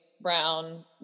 Brown